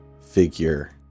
figure